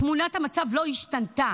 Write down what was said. תמונת המצב לא השתנתה.